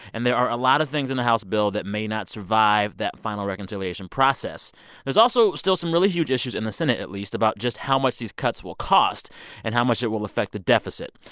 and there are a lot of things in the house bill that may not survive that final reconciliation process there's also still some really huge issues, in the senate at least, about just how much these cuts will cost and how much it will affect the deficit.